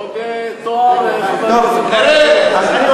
עוד תואר, חבר הכנסת ברכה?